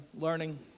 learning